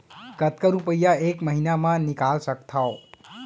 कतका रुपिया एक महीना म निकाल सकथव?